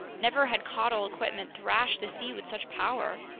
never had caudal equipment thrashed the sea with such power.